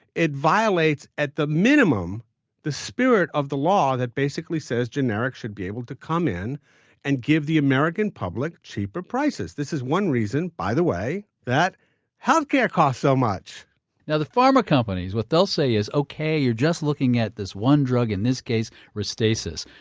it violates at the minimum the spirit of the law that basically says generics should be able to come in and give the american public cheaper prices. this is one reason, by the way, that health care costs so much now the pharma companies but will say, ok, you're just looking at this one drug. in this case, restasis.